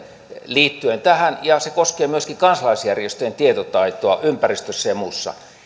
liittyen tähän ja se koskee myöskin kansalaisjärjestöjen tietotaitoa ympäristössä ja muussa